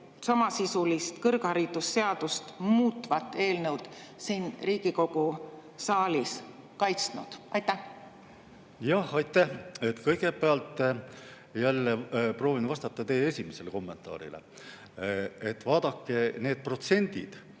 samasisulist kõrgharidusseadust muutvat eelnõu siin Riigikogu saalis kaitsnud. Aitäh! Kõigepealt jälle proovin vastata teie esimesele kommentaarile. Vaadake, need protsendid,